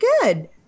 good